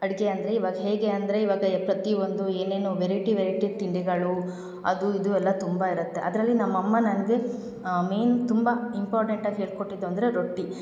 ಅಡುಗೆ ಅಂದರೆ ಇವಾಗ ಹೇಗೆ ಅಂದರೆ ಇವಾಗ ಪ್ರತಿಯೊಂದು ಏನೇನು ವೆರೈಟಿ ವೆರೈಟಿ ತಿಂಡಿಗಳು ಅದು ಇದು ಎಲ್ಲ ತುಂಬ ಇರುತ್ತೆ ಅದರಲ್ಲಿ ನಮ್ಮ ಅಮ್ಮ ನನಗೆ ಮೇನ್ ತುಂಬ ಇಂಪಾರ್ಟೆಂಟಾಗಿ ಹೇಳಿಕೊಟ್ಟಿದ್ದು ಅಂದರೆ ರೊಟ್ಟಿ